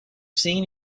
seen